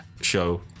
show